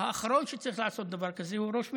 האחרון שצריך לעשות דבר כזה הוא ראש ממשלה,